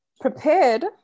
prepared